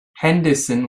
henderson